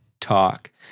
talk